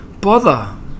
Bother